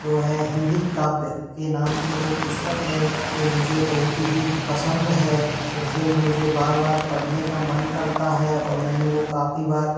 जो है हिंदी काव्य के नाम से वो पुस्तक है वो मुझे बहुत ही पसंद है उसे मुझे बार बार पढ़ने का मन करता है और मैंने वो काफ़ी बार